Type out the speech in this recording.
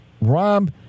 Rob